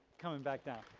coming back down,